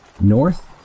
north